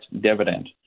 dividend